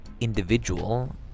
individual